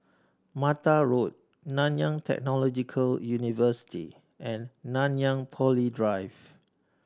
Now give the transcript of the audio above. Mata Road Nanyang Technological University and Nanyang Poly Drive